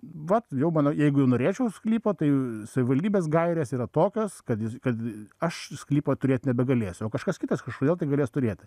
vat jau mano jeigu jau norėčiau sklypo tai savivaldybės gairės yra tokios kad jis kad aš sklypą turėt nebegalėsiu o kažkas kitas kažkodėl tai galės turėti